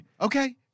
okay